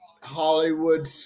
Hollywood